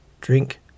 drink